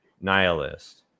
nihilist